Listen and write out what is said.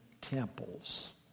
temples